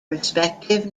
respective